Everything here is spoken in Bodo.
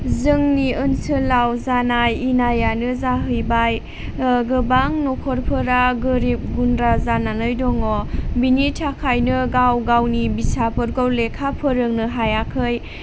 जोंनि ओनसोलाव जानाय इनायानो जाहैबाय गोबां न'खरफोरा गोरिब गुन्द्रा जानानै दङ बिनि थाखायनो गाव गावनि फिसाफोरखौ लेखा फोरोंनो हायाखै